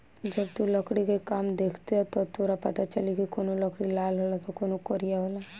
जब तू लकड़ी के देखबे त तोरा पाता चली की कवनो लकड़ी लाल होला त कवनो करिया होला